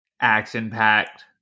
action-packed